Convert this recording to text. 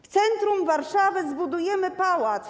W centrum Warszawy zbudujemy pałac.